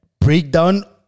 breakdown